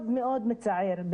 מצער מאוד,